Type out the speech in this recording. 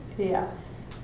Yes